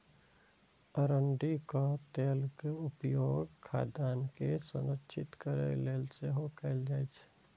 अरंडीक तेलक उपयोग खाद्यान्न के संरक्षित करै लेल सेहो कैल जाइ छै